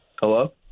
hello